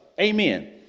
Amen